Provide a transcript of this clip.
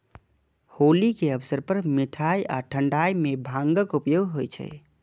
होली के अवसर पर मिठाइ आ ठंढाइ मे भांगक उपयोग होइ छै